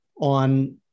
on